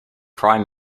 prime